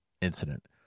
incident